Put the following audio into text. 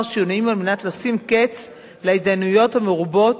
שינויים על מנת לשים קץ להתדיינויות המרובות